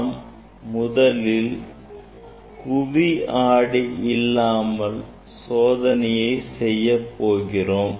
நாம்முதலில் குவி ஆடி இல்லாமல் சோதனையை செய்யப் போகிறோம்